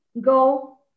go